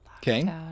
Okay